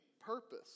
purpose